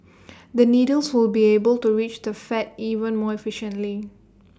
the needles will be able to reach the fat even more efficiently